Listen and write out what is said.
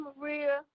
Maria